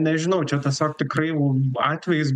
nežinau čia tiesiog tikrai jau atvejis